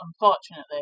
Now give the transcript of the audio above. unfortunately